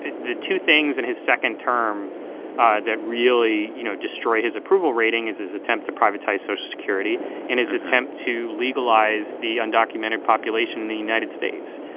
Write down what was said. the two things in his second term that really, you know, destroy his approval rating is his attempt to privatize social so security in his attempt to legalize the undocumented population in the united states.